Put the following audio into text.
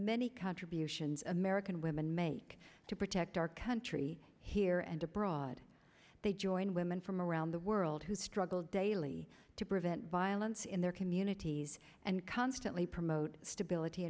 many contributions american women make to protect our country here and abroad they join women from around the world who struggle daily to prevent violence in their communities and constantly promote stability